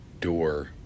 door